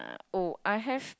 oh I have